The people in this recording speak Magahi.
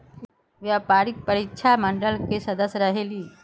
व्यावसायिक परीक्षा मंडल के सदस्य रहे ली?